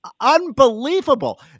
Unbelievable